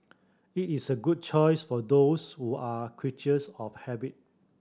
it is a good choice for those who are creatures of habit